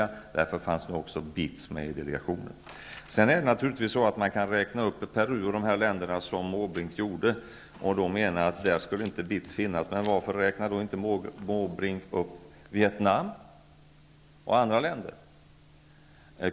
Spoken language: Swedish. Av den anledningen fanns också BITS Man kan naturligtvis som Måbrink räkna upp Peru och andra länder och hävda att BITS inte skulle finnas där. Men varför räknar då inte Måbrink upp Vietnam, Cuba och andra länder?